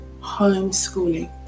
homeschooling